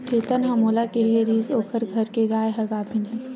चेतन ह मोला केहे रिहिस ओखर घर के गाय ह गाभिन हे